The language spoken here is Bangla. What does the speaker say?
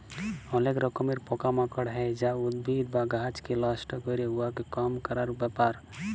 অলেক রকমের পকা মাকড় হ্যয় যা উদ্ভিদ বা গাহাচকে লষ্ট ক্যরে, উয়াকে কম ক্যরার ব্যাপার